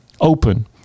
open